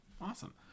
awesome